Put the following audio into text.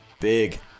Big